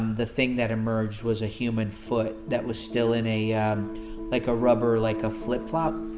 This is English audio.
the thing that emerged was a human foot that was still in a um like a rubber like a flip flop.